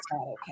okay